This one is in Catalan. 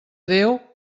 déu